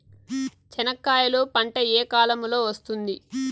చెనక్కాయలు పంట ఏ కాలము లో వస్తుంది